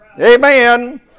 Amen